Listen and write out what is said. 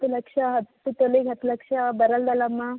ಹತ್ತು ಲಕ್ಷ ಹತ್ತು ತೊಲಿಗೆ ಹತ್ತು ಲಕ್ಷ ಬರಲ್ವಲ್ಲಮ್ಮ